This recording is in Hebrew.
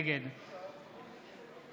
נגד